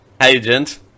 agent